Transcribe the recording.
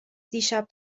دیشب